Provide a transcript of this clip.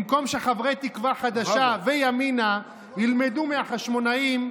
במקום שחברי תקווה חדשה וימינה ילמדו מהחשמונאים,